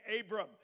Abram